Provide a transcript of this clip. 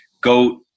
goat